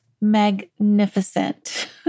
magnificent